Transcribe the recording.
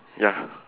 ya